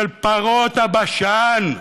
של פרות הבשן,